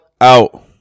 Out